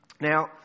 Now